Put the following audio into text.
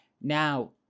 Now